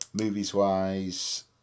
Movies-wise